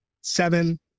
seven